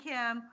Kim